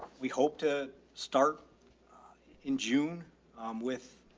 we hope to start in june with,